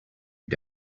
day